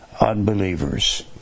unbelievers